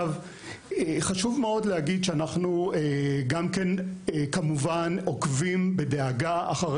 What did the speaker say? חשוב מאוד להגיד שאנחנו גם כן עוקבים בדאגה אחר